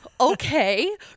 okay